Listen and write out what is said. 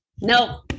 No